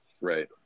Right